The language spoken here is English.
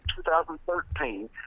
2013